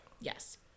yes